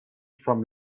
from